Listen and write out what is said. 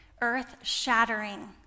earth-shattering